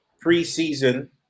pre-season